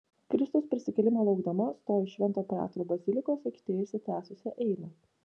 kristaus prisikėlimo laukdama stoju į švento petro bazilikos aikštėje išsitęsusią eilę